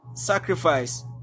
sacrifice